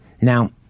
Now